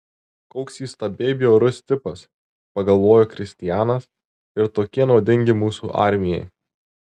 koks įstabiai bjaurus tipas pagalvojo kristianas ir tokie naudingi mūsų armijai